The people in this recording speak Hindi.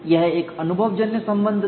यह एक अनुभवजन्य संबंध था